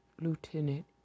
lieutenant